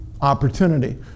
opportunity